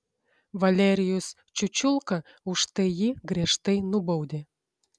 valerijus čiučiulka už tai jį griežtai nubaudė